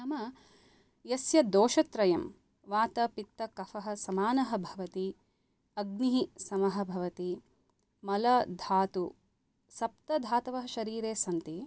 नाम यस्य दोषत्रयं वातपित्तकफः समानः भवति अग्निः समः भवति मल धातु सप्तधातवः शरीरे सन्ति